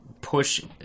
push